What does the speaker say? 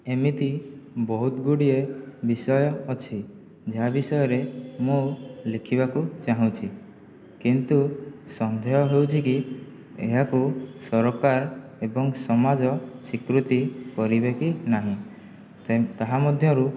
ଏମିତି ବହୁତଗୁଡ଼ିଏ ବିଷୟ ଅଛି ଯାହା ବିଷୟରେ ମୁଁ ଲେଖିବାକୁ ଚାହୁଁଛି କିନ୍ତୁ ସନ୍ଦେହ ହେଉଛିକି ଏହାକୁ ସରକାର ଏବଂ ସମାଜ ସ୍ୱୀକୃତି କରିବେ କି ନାହିଁ ତାହା ମଧ୍ୟରୁ